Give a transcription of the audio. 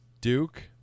duke